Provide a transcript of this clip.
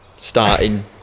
starting